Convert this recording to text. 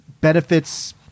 benefits